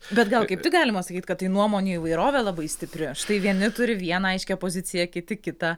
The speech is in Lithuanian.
bet gal kaip tik galima sakyt kad nuomonių įvairovė labai stipri štai vieni turi vieną aiškią poziciją kiti kitą